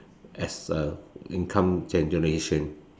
as a income generation